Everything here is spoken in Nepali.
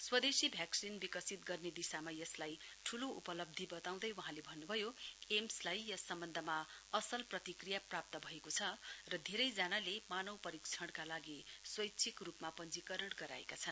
स्वदेशी वैक्सिन विकसित गर्ने दिशामा यसलाई ठूलो उपलब्धी वताउँदै वहाँले भन्नभयो एम्सलाई यस सम्वन्धमा असल प्रतिक्रिया प्राप्त भएको छ र धेरै जनाले मानव परीक्षणका लागि स्वैच्छिक रुपमा पञ्जीकरण गराएका छन्